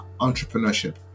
entrepreneurship